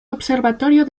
observatorio